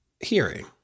Hearing